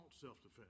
self-defense